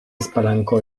spalancò